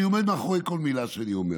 אני עומד מאחורי כל מילה שאני אומר.